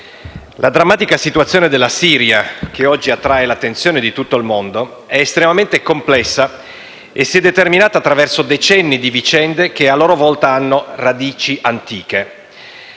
la drammatica situazione della Siria, che oggi attrae l'attenzione di tutto il mondo, è estremamente complessa e si è determinata attraverso decenni di vicende che a loro volta hanno radici antiche.